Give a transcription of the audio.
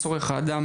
צורך האדם